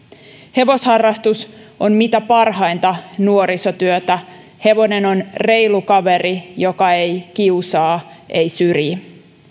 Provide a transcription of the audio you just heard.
hevosharrastus on mitä parhainta nuorisotyötä hevonen on reilu kaveri joka ei kiusaa ei syrji